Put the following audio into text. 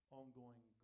ongoing